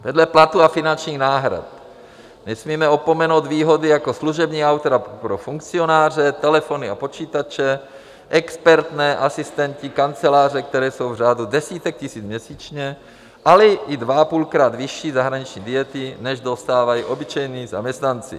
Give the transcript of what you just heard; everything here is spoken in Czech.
Vedle platů a finančních náhrad nesmíme opomenout výhody jako služební auto pro funkcionáře, telefony a počítače, expertné, asistenti, kanceláře, které jsou v řádu desítek tisíc měsíčně, ale i 2,5krát vyšší zahraniční diety, než dostávají obyčejní zaměstnanci.